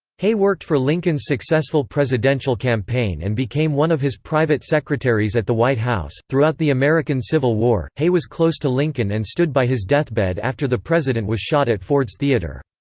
hay worked for lincoln's successful presidential campaign and became one of his private secretaries at the white house. throughout the american civil war, hay was close to lincoln and stood by his deathbed after the president was shot at ford's theatre.